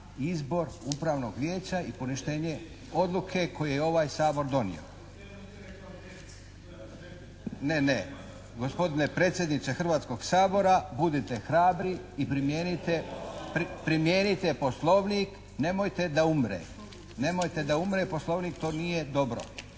izbor upravnog vijeća i poništenje odluke koje je ovaj Sabor donio. …/Upadica se ne čuje./… Ne, ne. Gospodine predsjedniče Hrvatskoga sabora, budite hrabri i primijenite Poslovnik, nemojte da umre. Nemojte da umre Poslovnik. To nije dobro.